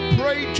pray